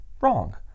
wrong